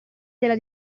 della